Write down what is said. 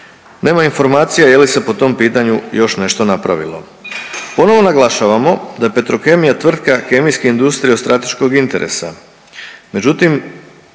Nema informacija je li se po tom pitanju još nešto napravilo. Ponovo naglašavamo da je Petrokemija tvrtka kemijske industrije od strateškog interesa,